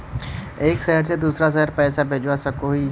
एक शहर से दूसरा शहर पैसा भेजवा सकोहो ही?